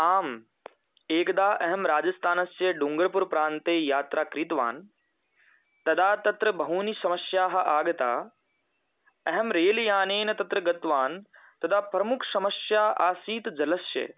आम् एकदा अहं राजस्थानस्य डूङ्गर्पुरप्रान्ते यात्रा कृतवान् तदा तत्र बहूनि समस्याः आगता अहं रेल् यानेन तत्र गतवान् तदा प्रमुखसमस्या आसीत् जलस्य